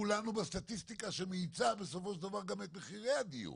כולנו בסטטיסטיקה שמאיצה בסופו של דבר גם את מחירי הדיור.